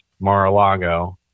Mar-a-Lago